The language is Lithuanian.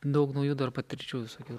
daug naujų dar patirčių visokių